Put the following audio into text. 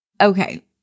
Okay